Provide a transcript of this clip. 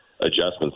adjustments